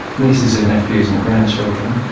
nieces and nephews and grandchildren.